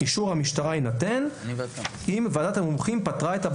"אישור המשטרה יינתן אם ועדת המומחים פטרה".